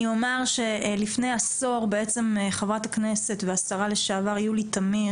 אני אומרת שלפני עשור בעצם חברת הכנסת והשרה לשעבר יולי תמיר